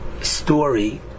story